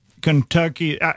Kentucky